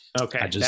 Okay